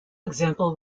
example